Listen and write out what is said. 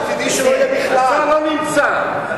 השר לא נמצא.